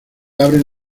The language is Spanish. abren